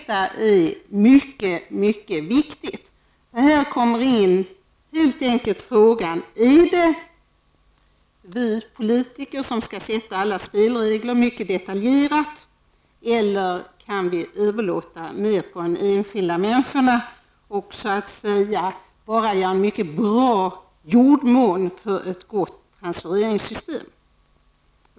Men detta är mycket viktigt, eftersom vi här kommer in på frågan om vi politiker mycket detaljerat skall sätta alla spelregler eller om vi kan överlåta mer på de enskilda människorna och bara åstadkomma en mycket bra jordmån för ett gott transferingssystem.